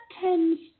tends